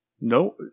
No